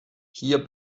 hier